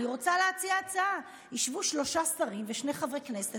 אני רוצה להציע הצעה: ישבו שלושה שרים ושני חברי כנסת